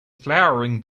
flowering